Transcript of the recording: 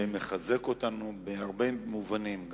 ומחזק אותנו בהרבה מובנים,